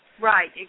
Right